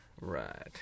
Right